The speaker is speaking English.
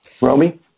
Romy